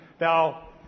Now